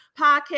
Podcast